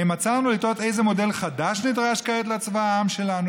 האם עצרנו לתהות איזה מודל חדש נדרש כעת לצבא העם שלנו,